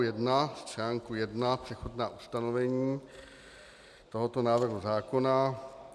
I článku 1, přechodná ustanovení tohoto návrhu zákona.